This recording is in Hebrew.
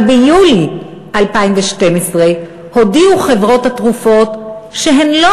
אבל ביולי 2012 הודיעו חברות התרופות שהן לא